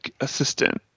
assistant